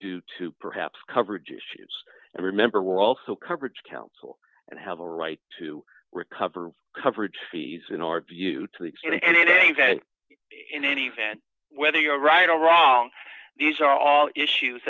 due to perhaps coverage issues and remember we're also coverage counsel and have a right to recover coverage fees in our view to the extent and in any event in any event whether you're right or wrong these are all issues